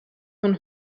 von